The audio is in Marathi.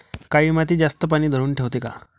काळी माती जास्त पानी धरुन ठेवते का?